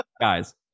guys